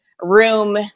room